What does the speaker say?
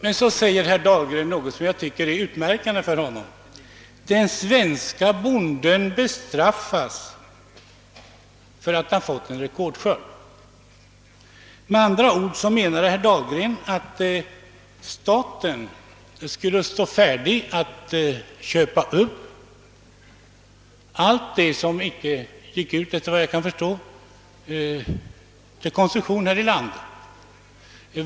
Men så säger herr Dahlgren något, som jag tycker är utmärkande för honom: »Den svenske bonden bestraffas för att han fått en rekordskörd.» Med andra ord menar herr Dahlgren att staten skulle stå färdig att köpa upp allt som inte går åt för konsumtion här i landet.